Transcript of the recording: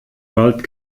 wald